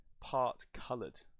part-coloured